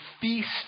feast